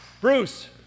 Bruce